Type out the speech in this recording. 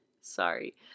sorry